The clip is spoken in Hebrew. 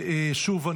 שוב,